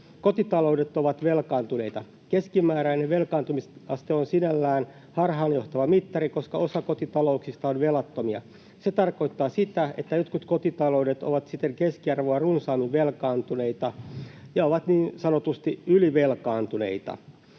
Kotitaloudet ovat velkaantuneita. Keskimääräinen velkaantumisaste on sinällään harhaanjohtava mittari, koska osa kotitalouksista on velattomia. Se tarkoittaa sitä, että jotkut kotitaloudet ovat siten keskiarvoa runsaammin velkaantuneita ja ovat niin sanotusti ylivelkaantuneita.